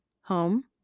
home